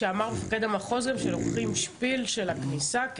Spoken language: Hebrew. ומפקד המחוז אמר שלוקחים גם שפיל של עוד